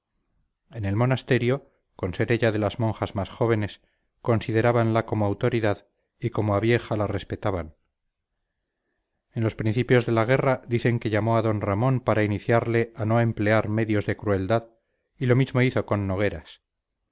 en el monasterio con ser ella de las monjas más jóvenes considerábanla como autoridad y como a vieja la respetaban en los principios de la guerra dicen que llamó a d ramón para iniciarle a no emplear medios de crueldad y lo mismo hizo con nogueras